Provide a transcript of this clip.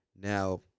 Now